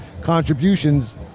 contributions